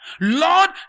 Lord